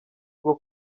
bwo